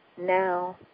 now